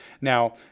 Now